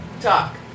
Talk